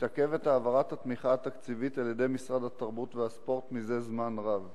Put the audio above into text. מתעכבת העברת התמיכה התקציבית על-ידי משרד התרבות והספורט זה זמן רב.